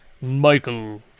Michael